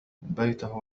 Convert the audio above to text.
بيته